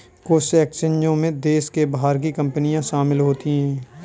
कुछ एक्सचेंजों में देश के बाहर की कंपनियां शामिल होती हैं